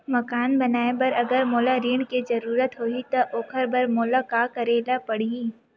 मकान बनाये बर अगर मोला ऋण के जरूरत होही त ओखर बर मोला का करे ल पड़हि?